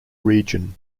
region